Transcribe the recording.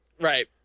Right